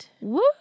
Woo